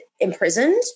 Imprisoned